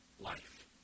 life